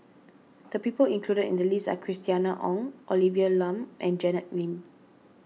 the people included in the list are Christina Ong Olivia Lum and Janet Lim